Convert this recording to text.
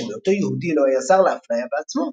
שמהיותו יהודי לא היה זר לאפליה בעצמו,